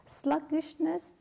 sluggishness